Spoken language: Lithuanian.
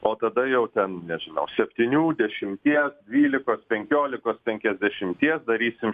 o tada jau ten nežinau septynių dešimties dvylikos penkiolikos penkiasdešimties darysim